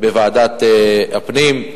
בוועדת הפנים,